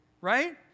Right